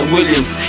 Williams